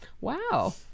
wow